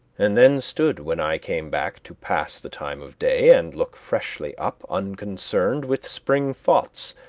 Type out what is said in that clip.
and then stood when i came back to pass the time of day, and look freshly up, unconcerned, with spring thoughts,